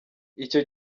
icyo